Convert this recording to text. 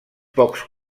pocs